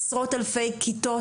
עשרות אלפי כיתות,